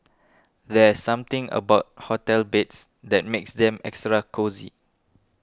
there's something about hotel beds that makes them extra cosy